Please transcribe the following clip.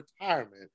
retirement